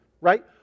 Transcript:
right